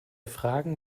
fragen